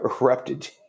erupted